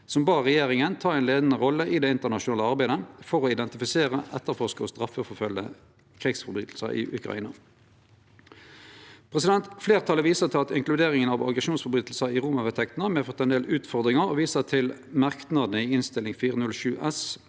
som bad regjeringa ta ei leiande rolle i det internasjonale arbeidet for å identifisere, etterforske og straffeforfølgje krigsbrotsverk i Ukraina. Fleirtalet viser til at inkluderinga av aggresjonsbrotsverk i Roma-vedtektene har medført ein del utfordringar, og viser til merknadene i Innst. 407